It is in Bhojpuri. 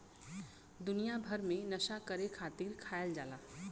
दुनिया भर मे नसा करे खातिर खायल जाला